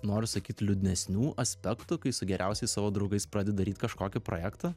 noriu sakyt liūdnesnių aspektų kai su geriausiais savo draugais pradedi daryt kažkokį projektą